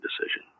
decision